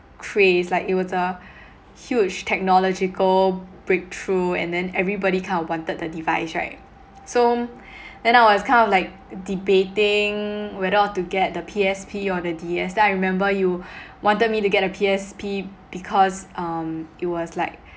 craze like it was a huge technological breakthrough and then everybody kind of wanted the device right so then I was kind of like debating whether ought to get the P_S_P or the D_S then I remember you wanted me to get the P_S_P because um it was like